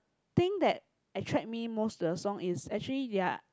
thing that attract me most to the song is actually their